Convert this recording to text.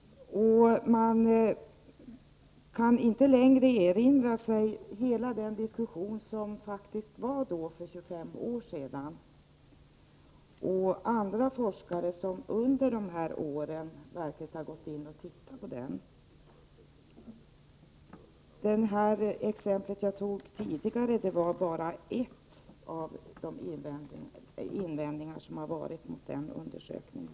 Man kan inte längre erinra sig hela den diskussion som faktiskt fördes för 25 år sedan — och andra forskare som under de här åren verkligen har granskat undersökningen. Det exempel jag tog tidigare avser bara en av de invändningar som gjorts mot denna undersökning.